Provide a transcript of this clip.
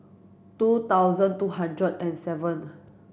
two thousand two hundred and seven